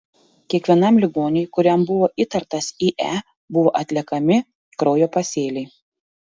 kiekvienam ligoniui kuriam buvo įtartas ie buvo atliekami kraujo pasėliai